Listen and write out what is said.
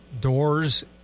doors